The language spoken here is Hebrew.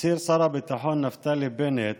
הצהיר שר הביטחון נפתלי בנט